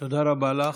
תודה רבה לך.